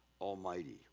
Almighty